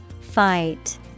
Fight